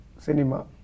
cinema